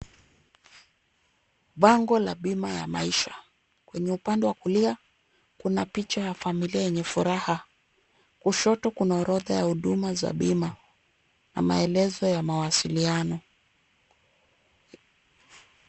Bango la Bima ya Maisha. Kwenye upande wa kulia, kuna picha ya familia yenye furaha. Kushoto kuna orodha ya huduma za bima na maelezo ya mawasiliano.